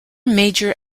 major